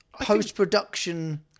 post-production